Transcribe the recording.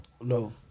No